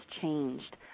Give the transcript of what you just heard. changed